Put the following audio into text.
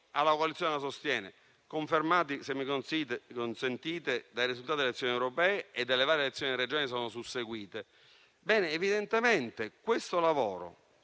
alla coalizione che la sostiene, confermati - se mi consentite - dai risultati delle elezioni europee e delle varie elezioni regionali che si sono susseguite.